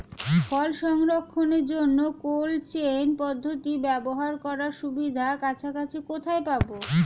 ফল সংরক্ষণের জন্য cold chain পদ্ধতি ব্যবহার করার সুবিধা কাছাকাছি কোথায় পাবো?